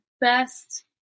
best